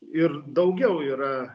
ir daugiau yra